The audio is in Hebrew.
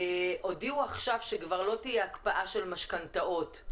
הודיעו עכשיו שכבר לא תהיה הקפאה של משכנתאות.